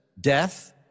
death